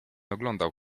oglądał